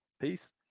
peace